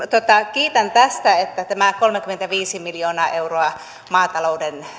kiitän tästä että tämä kolmekymmentäviisi miljoonaa euroa maatalouden